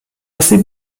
assez